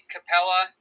Capella